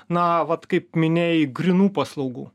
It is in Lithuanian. na vat kaip minėjai grynų paslaugų